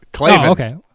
okay